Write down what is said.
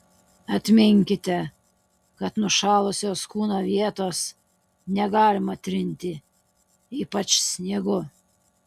atminkite kad nušalusios kūno vietos negalima trinti ypač sniegu